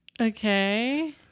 Okay